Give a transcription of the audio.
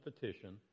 petition